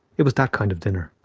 it was that kind of dinner.